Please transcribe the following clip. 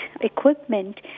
equipment